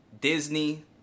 Disney